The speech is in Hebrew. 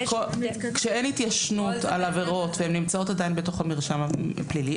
כשאין התיישנות על עבירות והן נמצאות עדיין בתוך המרשם הפלילי,